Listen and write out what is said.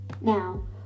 Now